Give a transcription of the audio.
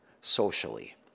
socially